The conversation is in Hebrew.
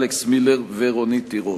אלכס מילר ורונית תירוש.